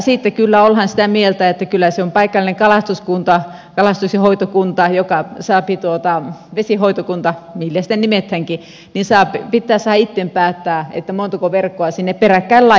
siitä kyllä ollaan sitä mieltä että kyllä se on paikallinen kalastuskunta kalastus ja hoitokunta jonka vesihoitokunta millä sitä nimetäänkin pitää saada itse päättää että montako verkkoa sinne peräkkäin laitetaan